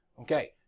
okay